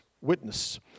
witness